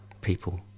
people